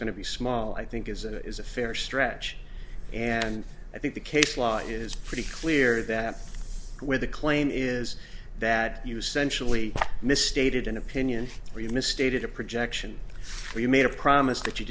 to be small i think is is a fair stretch and i think the case law is pretty clear that where the claim is that you sensually misstated an opinion or you misstated a projection or you made a promise that you